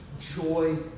joy